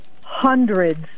hundreds